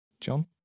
John